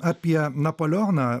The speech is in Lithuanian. apie napoleoną